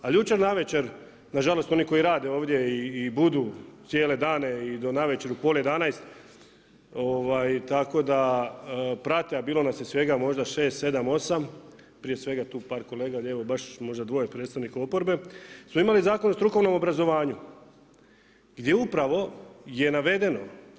Ali jučer navečer, nažalost oni koji rade ovdje i budu cijele dane i do navečer, do pol 11, tako da prate, a bilo nas je svega možda, 6, 7, 8 prije svega tu par kolega lijevo, baš možda 2 predstavnika oporbe, smo imali Zakon o strukovnom obrazovanju, gdje upravo je navedeno.